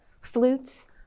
flutes